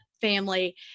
family